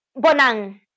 Bonang